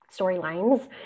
storylines